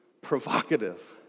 provocative